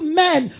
men